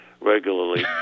regularly